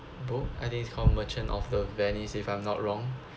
book I think it's called merchant of the venice if I'm not wrong